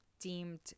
Deemed